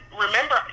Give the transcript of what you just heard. remember